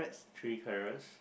three carrots